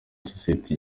sosiyete